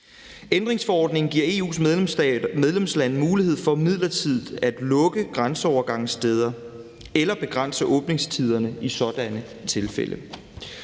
Ændringsforordningen giver EU's medlemslande mulighed for midlertidigt at lukke grænseovergangssteder eller begrænse åbningstiderne i sådanne tilfælde.